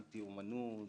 אנטי אומנות,